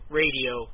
radio